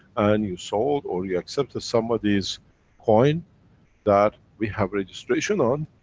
and you sold or you accepted somebody's coin that, we have registration on,